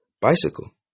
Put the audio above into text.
Bicycle